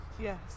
Yes